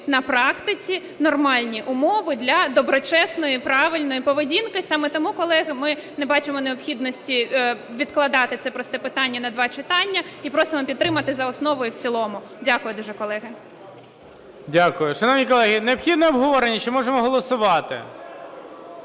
на практиці нормальні умови для доброчесної і правильної поведінки. Саме тому, колеги, ми не бачимо необхідності відкладати це просте питання на два читання. І просимо підтримати за основу і в цілому. Дякую дуже, колеги. ГОЛОВУЮЧИЙ. Дякую. Шановні колеги, необхідно обговорення чи можемо голосувати?